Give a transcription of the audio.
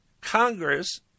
Congress